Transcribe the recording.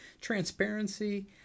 transparency